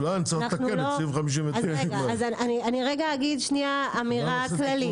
אולי צריך לתקן את סעיף 59. אגיד שנייה אמירה כללית,